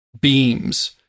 beams